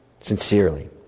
sincerely